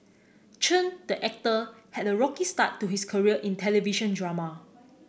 Chen the actor had a rocky start to his career in television drama